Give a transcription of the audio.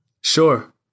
Sure